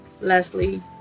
Leslie